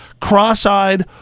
cross-eyed